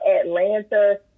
Atlanta